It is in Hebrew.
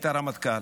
היית רמטכ"ל,